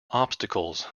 obstacles